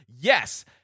Yes